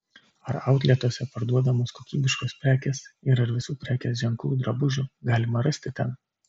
ar autletuose parduodamos kokybiškos prekės ir ar visų prekės ženklų drabužių galima rasti ten